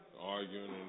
arguing